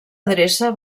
adreça